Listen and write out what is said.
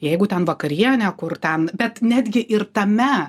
jeigu ten vakarienę kur ten bet netgi ir tame